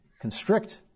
constrict